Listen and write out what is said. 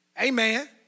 Amen